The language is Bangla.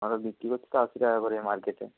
আমরা বিক্রি করছি তো আশি টাকা করে এ মার্কেটে